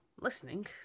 listening